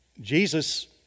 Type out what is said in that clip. Jesus